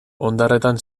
ondarretan